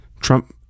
Trump